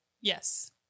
Yes